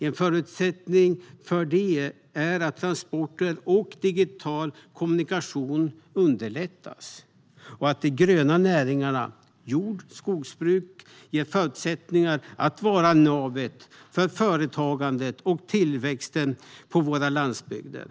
En förutsättning för detta är att transporter och digital kommunikation underlättas och att de gröna näringarna - jord och skogsbruk - ges förutsättningar att vara navet för företagande och tillväxt på landsbygden.